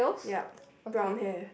yup brown hair